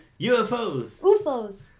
UFOs